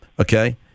Okay